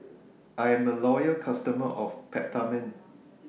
I'm A Loyal customer of Peptamen